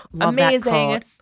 Amazing